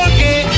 Okay